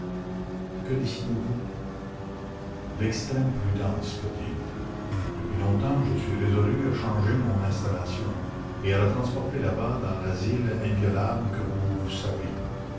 que décidez-vous l'extrême prudence clotilde depuis longtemps je suis résolu à changer mon installation et à la transporter là-bas dans l'asile inviolable que vous savez